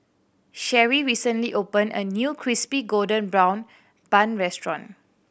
Cherry recently opened a new Crispy Golden Brown Bun restaurant